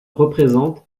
représentent